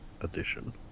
edition